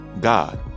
God